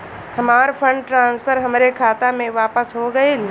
हमार fund transfer हमरे खाता मे वापस हो गईल